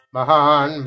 Mahan